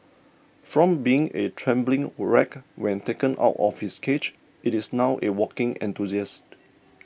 from being a trembling wreck when taken out of its cage it is now a walking enthusiast